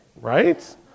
right